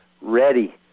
ready